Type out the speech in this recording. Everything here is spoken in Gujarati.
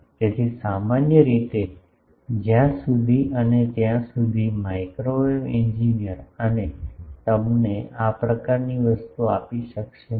તેથી સામાન્ય રીતે જ્યાં સુધી અને ત્યાં સુધી માઇક્રોવેવ એન્જિનિયર તમને આ પ્રકારની વસ્તુ આપી શકશે નહીં